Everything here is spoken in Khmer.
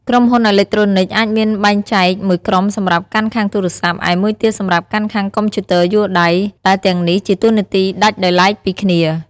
ក្រុមហ៊ុនអេឡិចត្រូនិចអាចមានបែងចែកមួយក្រុមសម្រាប់កាន់ខាងទូរសព្ទ ឯមួយទៀតសម្រាប់កាន់ខាងកុំព្យូទ័រយួរដៃ ដែលទាំងនេះជាតួនាទីដាច់ដោយទ្បែកពីគ្នា។